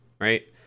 right